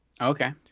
Okay